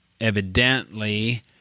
evidently